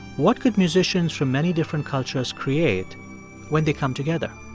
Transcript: what could musicians from many different cultures create when they come together?